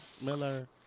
Miller